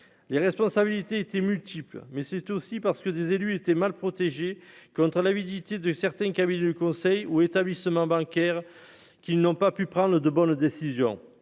les responsabilités étaient multiples, mais c'est aussi parce que des élus étaient mal protégés contre l'avidité de certains cabinets de conseil ou établissements bancaires qui n'ont pas pu prendre de bonnes décisions,